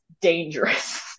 dangerous